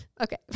Okay